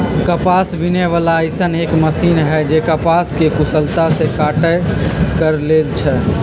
कपास बीने वाला अइसन एक मशीन है जे कपास के कुशलता से कटाई कर लेई छई